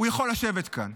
הוא יכול לשבת כאן.